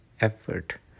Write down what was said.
effort